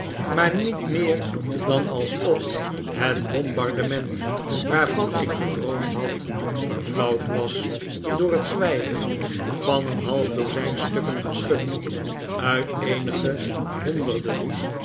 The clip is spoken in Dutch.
maar niet meer dan alsof het bombardement waarvan ik gedroomd had verflauwd was door het zwijgen van een half dozijn stukken geschut uit eenige honderden